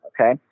Okay